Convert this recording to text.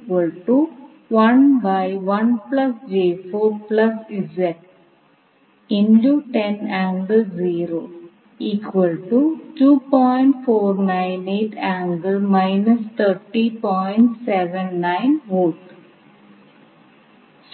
ഇപ്പോൾ നിങ്ങൾ ഈ ചിത്രത്തിൽ കാണുന്നതു പോലെ വോൾട്ടേജ്